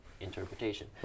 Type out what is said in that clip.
interpretation